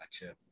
Gotcha